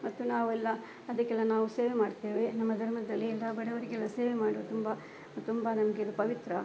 ಮತ್ತು ನಾವೆಲ್ಲ ಅದಕ್ಕೆಲ್ಲ ನಾವು ಸೇವೆ ಮಾಡ್ತೇವೆ ನಮ್ಮ ಧರ್ಮದಲ್ಲಿ ಎಲ್ಲ ಬಡವರಿಗೆಲ್ಲ ಸೇವೆ ಮಾಡುವುದು ತುಂಬ ತುಂಬ ನಮಗೆ ಅದು ಪವಿತ್ರ